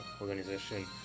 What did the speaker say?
organization